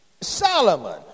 Solomon